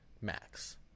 max